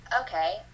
okay